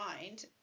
mind